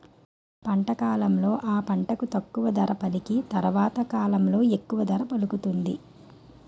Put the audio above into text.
పంట కాలంలో ఆ పంటకు తక్కువ ధర పలికి తరవాత కాలంలో ఎక్కువ ధర పలుకుతుంది